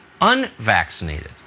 unvaccinated